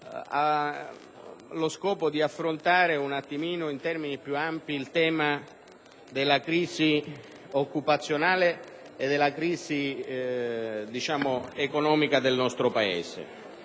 ha lo scopo di affrontare in termini più ampi il tema della crisi occupazionale ed economica del nostro Paese.